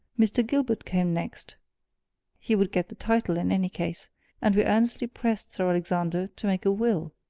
mr. gilbert came next he would get the title, in any case and we earnestly pressed sir alexander to make a will.